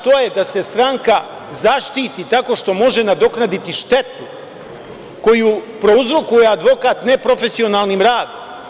To je da se stranka zaštiti tako što može nadoknaditi štetu koju prouzrokuje advokat neprofesionalnim radom.